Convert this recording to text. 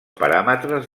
paràmetres